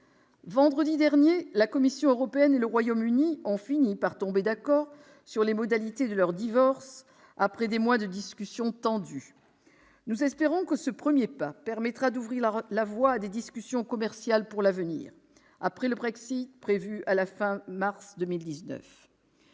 Vendredi dernier, la Commission européenne et le Royaume-Uni ont fini par tomber d'accord sur les modalités de leur « divorce », après des mois de discussions tendues. Nous espérons que ce premier pas permettra d'ouvrir la voie à des discussions commerciales pour l'avenir, après le Brexit prévu à la fin du mois